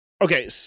okay